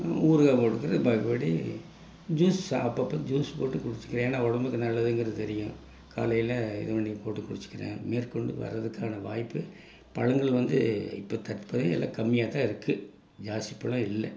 ஊறுகாய் போட்டுக்கிறது பாக்கிப்படி ஜூஸ் அப்பப்போ ஜூஸ் போட்டு குடிச்சுக்கிறேன் ஏன்னால் உடம்புக்கு நல்லதுங்கிறது தெரியும் காலையில் இது பண்ணி போட்டு குடிச்சுக்கிறேன் மேற்கொண்டு வர்றதுக்கான வாய்ப்பு பழங்கள் வந்து இப்போ தற்போதைய எல்லாம் கம்மியாக தான் இருக்குது ஜாஸ்தி பழம் இல்லை